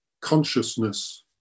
consciousness